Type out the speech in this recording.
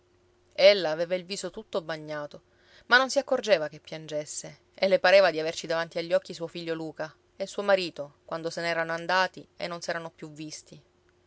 occhi ella aveva il viso tutto bagnato ma non si accorgeva che piangesse e le pareva di averci davanti agli occhi suo figlio luca e suo marito quando se n'erano andati e non s'erano più visti